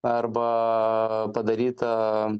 arba padaryta